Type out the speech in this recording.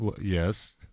yes